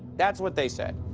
that's what they said.